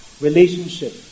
relationship